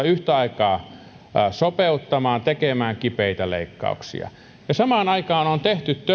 yhtä aikaa joudutaan taloutta sopeuttamaan tekemään kipeitä leikkauksia ja samaan aikaan on tehty